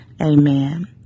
Amen